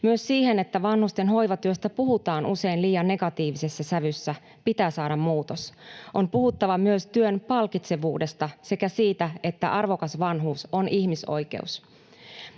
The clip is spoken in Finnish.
Myös siihen, että vanhusten hoivatyöstä puhutaan usein liian negatiivisessa sävyssä, pitää saada muutos. On puhuttava myös työn palkitsevuudesta sekä siitä, että arvokas vanhuus on ihmisoikeus.